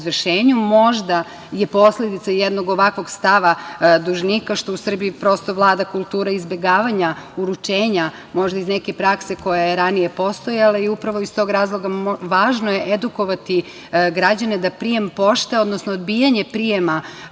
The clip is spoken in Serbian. Možda je posledica jednog ovakvog stava dužnika što u Srbiji prosto vlada kultura izbegavanja uručenja možda iz neke prakse koja je ranije postojala i upravo iz tog razloga važno je edukovati građane da prijem pošte, odnosno odbijanje prijema